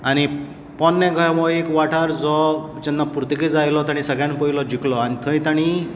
आनी पोरणें गोंय हो एक वाठार जो पुर्तुगेजांनी सगळ्यांत पयलो जिखलो आनी थंय तांणी